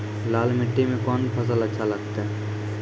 लाल मिट्टी मे कोंन फसल अच्छा लगते?